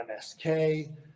MSK